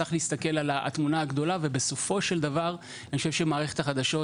צריך להסתכל על התמונה הגדולה ובסופו של דבר אני חושב שמערכת החדשות